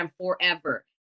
forever